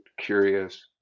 curious